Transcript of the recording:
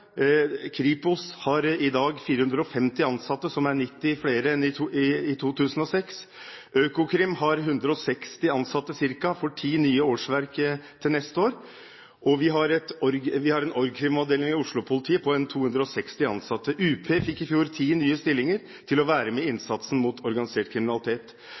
Kripos har i dag 450 ansatte – som er 90 flere enn i 2006 – Økokrim har ca. 160 ansatte og får 10 nye årsverk neste år, vi har en orgkrim-avdeling ved Oslo-politiet med ca. 260 ansatte, og UP fikk i fjor 10 nye stillinger for å være med i innsatsen mot organisert kriminalitet.